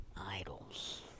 idols